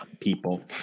people